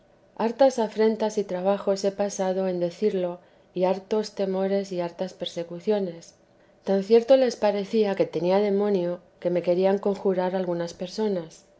hartas afrentas y trabajos he pasado en decirlo y hartos temores y hartas persecuciones tan cierto les parecía que tenía demonio que me querían conjurar algunas personas